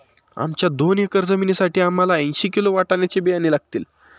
आमच्या दोन एकर जमिनीसाठी आम्हाला ऐंशी किलो वाटाण्याचे बियाणे लागतील